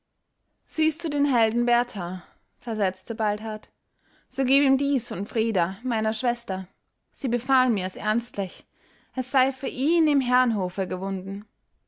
siehst du den helden berthar versetzte baldhard so gib ihm dies von frida meiner schwester sie befahl mir's ernstlich es sei für ihn im herrenhofe gewunden